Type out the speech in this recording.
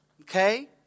Okay